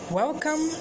welcome